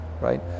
right